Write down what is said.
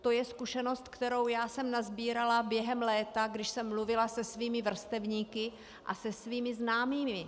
To je zkušenost, kterou já jsme nasbírala během léta, když jsem mluvila se svými vrstevníky a se svými známými.